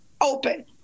open